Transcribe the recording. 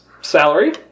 salary